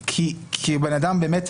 כי הבן אדם באמת,